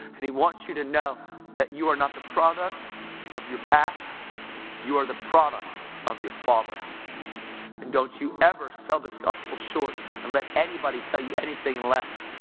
and he wants you to know that you are not the product of your past you are the product of your father and don't you ever sell this gospel short, and don't let anybody tell you anything less!